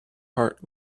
heart